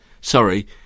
sorry